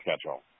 schedule